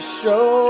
show